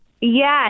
Yes